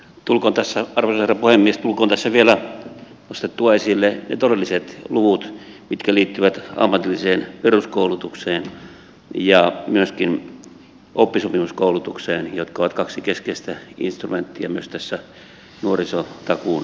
tulkoon tässä vielä nostettua esille ne todelliset luvut mitkä liittyvät ammatilliseen peruskoulutukseen ja myöskin oppisopimuskoulutukseen jotka ovat kaksi keskeistä instrumenttia myös tässä nuorisotakuun toteuttamisessa